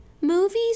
movies